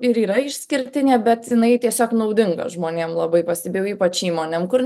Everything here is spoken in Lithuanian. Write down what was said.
ir yra išskirtinė bet jinai tiesiog naudinga žmonėm labai pastebėjau ypač įmonėms kur